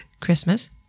Christmas